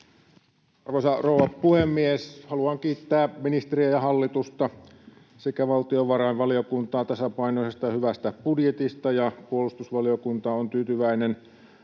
Arvoisa rouva puhemies! Haluan kiittää ministeriä ja hallitusta sekä valtiovarainvaliokuntaa tasapainoisesta ja hyvästä budjetista. Puolustusvaliokunta on tyytyväinen